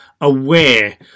aware